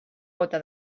gota